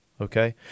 okay